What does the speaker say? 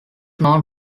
known